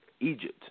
Egypt